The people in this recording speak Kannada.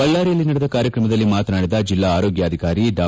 ಬಳ್ಳಾರಿಯಲ್ಲಿ ನಡೆದ ಕಾರ್ಯಕ್ರಮದಲ್ಲಿ ಮಾತನಾಡಿದ ಜಿಲ್ಲಾ ಆರೋಗ್ಯಾಧಿಕಾರಿ ಡಾ